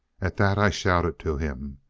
at that i shouted to him,